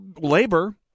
labor